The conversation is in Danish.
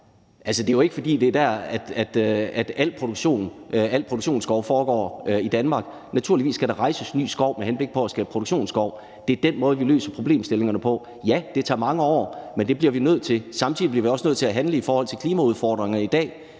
Det er jo ikke, fordi det er der, al produktionsskov i Danmark befinder sig. Naturligvis skal der rejses ny skov med henblik på at skabe produktionsskov. Det er den måde, vi løser problemstillingerne på. Ja, det tager mange år, men det bliver vi nødt til at gøre. Samtidig bliver vi også nødt til at handle på klimaudfordringerne i dag,